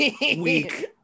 Weak